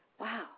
Wow